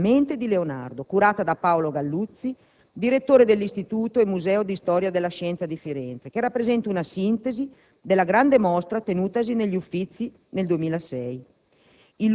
su «La mente di Leonardo», curata da Paolo Galluzzi, direttore dell'Istituto e Museo di Storia della Scienza di Firenze, che rappresenta una sintesi della grande mostra tenutasi negli Uffizi nel 2006.